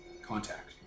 contact